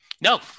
No